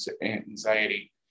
anxiety